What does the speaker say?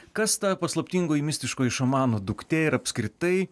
kas ta paslaptingoji mistiškoji šamano duktė ir apskritai